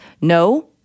no